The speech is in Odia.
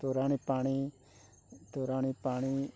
ତୋରାଣୀ ପାଣି ତୋରାଣୀ ପାଣି